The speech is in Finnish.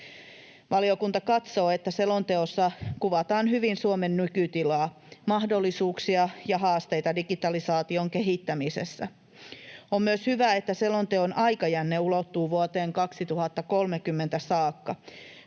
Valiokunta katsoo, että selonteossa kuvataan hyvin Suomen nykytilaa, mahdollisuuksia ja haasteita digitalisaation kehittämisessä. On myös hyvä, että selonteon aikajänne ulottuu vuoteen 2030 saakka.